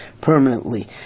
permanently